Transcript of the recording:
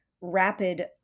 rapid